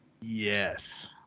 Yes